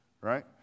right